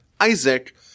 Isaac